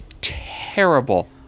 terrible